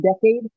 decade